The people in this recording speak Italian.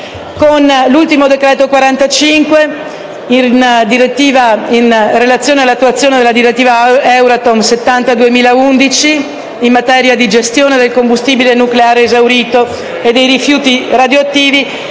Con l'ultimo decreto n. 45, in relazione all'attuazione della direttiva EURATOM 70 del 2011 in materia di gestione del combustibile nucleare esaurito e dei rifiuti radioattivi,